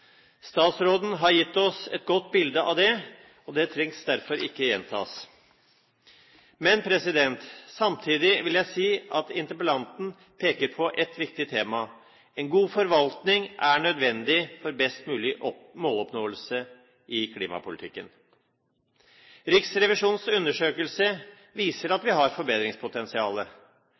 Statsråden har gitt oss et godt bilde av det, det trengs derfor ikke gjentas. Men samtidig vil jeg si at interpellanten peker på et viktig tema: En god forvaltning er nødvendig for best mulig måloppnåelse i klimapolitikken. Riksrevisjonens undersøkelse viser at vi har forbedringspotensial.